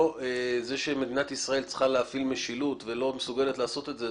זה שמדינת ישראל צריכה להפעיל משילות ולא מסוגלת לעשות את זה,